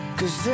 Cause